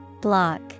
Block